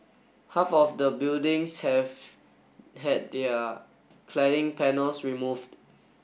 half of the buildings have had their cladding panels removed